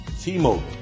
T-Mobile